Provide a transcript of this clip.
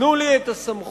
תנו לי את הסמכות,